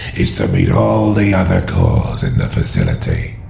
is to meet all the other cores in the facility.